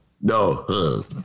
No